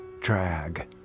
drag